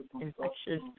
infectious